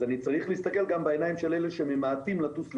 אז אני צריך להסתכל גם בעיניים של אלה שממעטים לטוס לחו"ל,